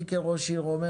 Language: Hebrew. אני כראש עיר אומר